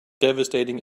devastating